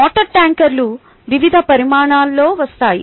water ట్యాంకర్లు వివిధ పరిమాణాలలో వస్తాయి